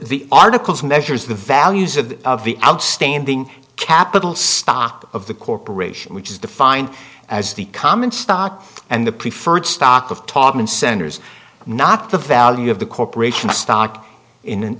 the articles measures the values of of the outstanding capital stock of the corporation which is defined as the common stock and the preferred stock of top and senders not the value of the corporation stock in